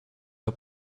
her